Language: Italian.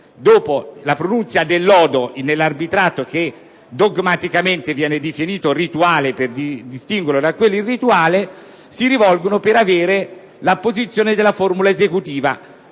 dopo la pronunzia del lodo nell'arbitrato, che dogmaticamente viene definito rituale per distinguerlo da quello irrituale, si rivolgono al giudice per ottenere l'apposizione della formula esecutiva.